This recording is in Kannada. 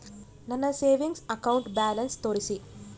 ನನ್ನ ಸೇವಿಂಗ್ಸ್ ಅಕೌಂಟ್ ಬ್ಯಾಲೆನ್ಸ್ ತೋರಿಸಿ?